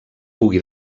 pugui